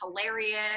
hilarious